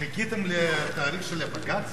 חיכיתם לתאריך של הבג"ץ?